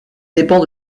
dépend